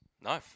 No